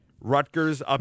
Rutgers